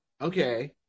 Okay